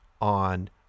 on